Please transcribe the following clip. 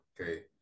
okay